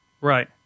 Right